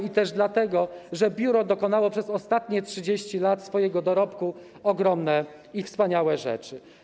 I też dlatego, że biuro dokonało przez ostatnie 30 lat swojego dorobku ogromnych i wspaniałych rzeczy.